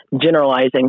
generalizing